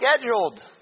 Scheduled